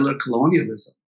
colonialism